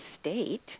state